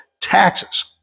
taxes